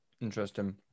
Interesting